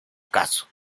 caso